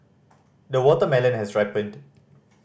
the watermelon has ripened